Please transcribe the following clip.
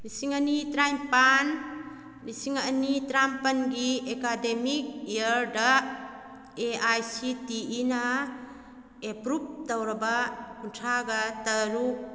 ꯂꯤꯁꯤꯡ ꯑꯅꯤ ꯇꯔꯥꯅꯤꯄꯥꯜ ꯂꯤꯁꯤꯡ ꯑꯅꯤ ꯇꯔꯥꯃꯥꯄꯜꯒꯤ ꯑꯦꯀꯗꯦꯃꯤꯛ ꯏꯌꯔꯗ ꯑꯦ ꯑꯥꯏ ꯁꯤ ꯇꯤ ꯏꯅ ꯑꯦꯄ꯭ꯔꯨꯞ ꯇꯧꯔꯕ ꯀꯨꯟꯊ꯭ꯔꯥꯒ ꯇꯔꯨꯛ